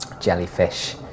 jellyfish